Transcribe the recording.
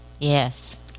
yes